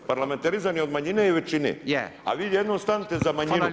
Parlamentarizam je od manjine i od većine, a vi jednom stanite za manjinu.